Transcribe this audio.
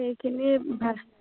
এইখিনি ভাল